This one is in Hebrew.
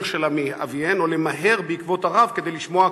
של אביהן או למהר בעקבות הרב כדי לשמוע קדיש.